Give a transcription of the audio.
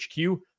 hq